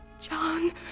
John